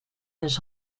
his